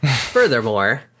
Furthermore